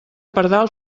pardal